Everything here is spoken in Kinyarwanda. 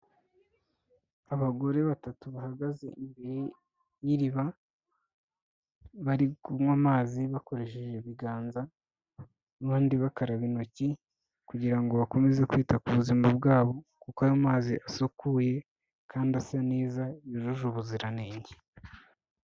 Abagore batatu bahagaze imbere y'iriba, bari kunywa amazi bakoresheje ibiganza, abandi bakaraba intoki kugira ngo bakomeze kwita ku buzima bwabo, kuko ayo mazi asukuye kandi asa neza ,yujuje ubuziranenge.